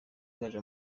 gaju